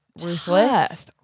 ruthless